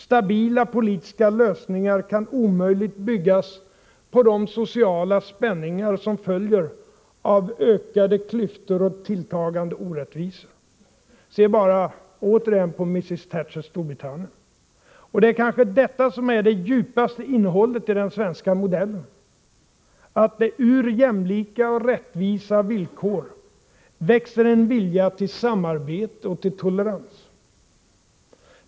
Stabila politiska lösningar kan omöjligt byggas på de sociala spänningar som följer av ökade klyftor och tilltagande orättvisor, se bara återigen på mrs Thatchers Storbritannien! Och det är kanske detta som är det djupaste innehållet i den svenska modellen: att det ur jämlika och rättvisa villkor växer en vilja till samarbete och tolerans.